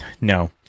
no